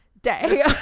day